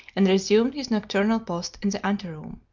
and resumed his nocturnal post in the anteroom.